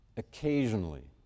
Occasionally